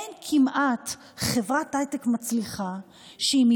אין כמעט חברת הייטק מצליחה שאם היא